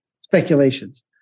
speculations